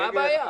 מה הבעיה?